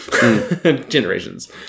generations